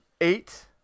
eight